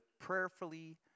prayerfully